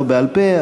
לא בעל-פה,